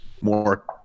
more